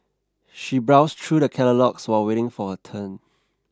she browsed through the catalogues while waiting for her turn